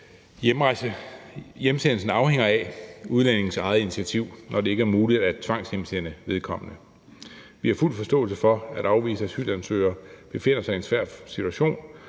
hjemsendelsen afhænger af udlændingens eget initiativ, når det ikke er muligt af tvangshjemsende vedkommende. Vi har fuld forståelse for, at afviste asylansøgere befinder sig i en svær situation,